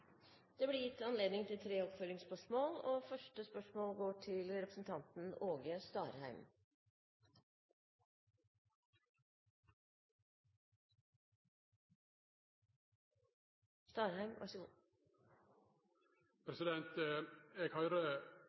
Det blir gitt anledning til tre oppfølgingsspørsmål